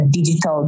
digital